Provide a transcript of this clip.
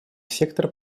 сектор